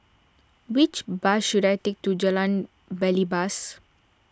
which bus should I take to Jalan Belibas